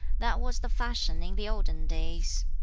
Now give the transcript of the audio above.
that was the fashion in the olden days.